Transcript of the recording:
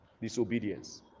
disobedience